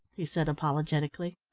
he said apologetically.